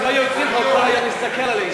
הם לא יכולים להסתכל עלינו.